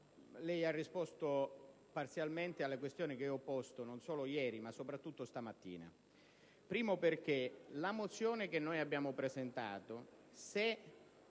lei ha risposto parzialmente alle questioni che ho posto, non solo ieri, ma soprattutto stamattina. Innanzitutto perché la mozione che abbiamo presentato, se